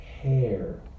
hair